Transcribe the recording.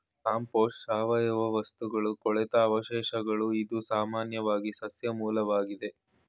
compost ಸಾವಯವ ವಸ್ತುಗಳ ಕೊಳೆತ ಅವಶೇಷಗಳು ಇದು ಸಾಮಾನ್ಯವಾಗಿ ಸಸ್ಯ ಮೂಲ್ವಾಗಿದೆ